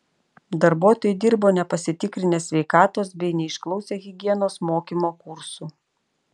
darbuotojai dirbo nepasitikrinę sveikatos bei neišklausę higienos mokymo kursų